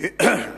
איתן ישיב.